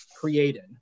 created